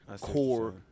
core